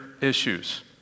issues